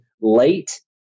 Late